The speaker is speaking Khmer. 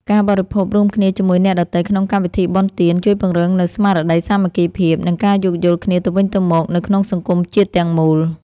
ការបរិភោគរួមគ្នាជាមួយអ្នកដទៃក្នុងកម្មវិធីបុណ្យទាន ជួយពង្រឹងនូវស្មារតីសាមគ្គីភាព និងការយោគយល់គ្នាទៅវិញទៅមកនៅក្នុងសង្គមជាតិទាំងមូល។